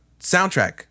soundtrack